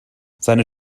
seine